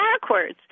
backwards